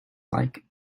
like